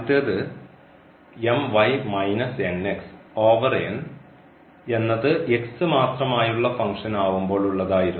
ആദ്യത്തേത് എന്നത് മാത്രമായുള്ള ഫംഗ്ഷൻ ആവുമ്പോൾ ഉള്ളതായിരുന്നു